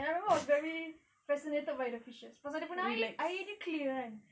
and I remember I was very fascinated by the fishes pasal dia punya air air dia clear kan